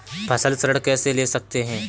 फसल ऋण कैसे ले सकते हैं?